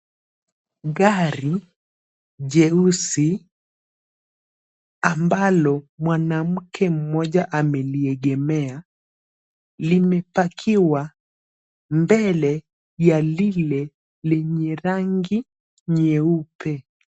Gari jeusi ambalo mwanamke mmoja ameliegemea limepakiwa mbele ya lile lenye rangi nyeupe.